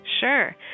Sure